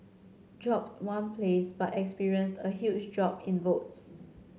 dropped one place but experienced a huge drop in votes